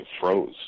froze